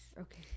Okay